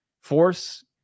force